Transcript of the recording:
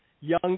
young